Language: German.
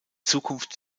zukunft